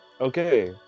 okay